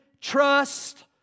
trust